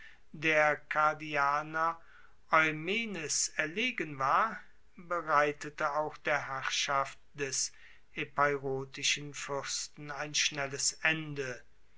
der kardianer eumenes erlegen war bereitete auch der herrschaft des epeirotischen fuersten ein schnelles ende